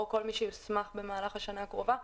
או כל מי שיוסמך במהלך השנה הקרובה,